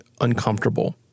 uncomfortable